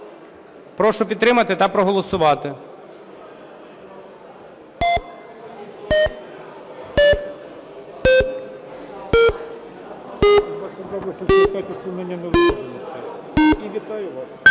Прошу підтримати та проголосувати.